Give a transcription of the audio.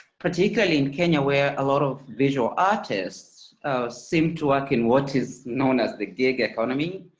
particularly in kenya where a lot of visual artists seem to work in what is known as the gig economy,